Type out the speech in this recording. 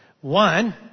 One